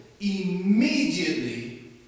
immediately